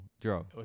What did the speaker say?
Joe